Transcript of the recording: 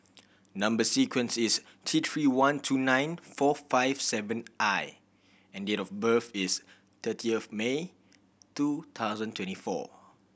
number sequence is T Three one two nine four five seven I and date of birth is thirty of May two thousand twenty four